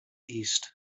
east